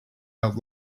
out